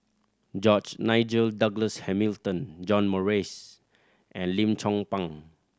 George Nigel Douglas Hamilton John Morrice and Lim Chong Pang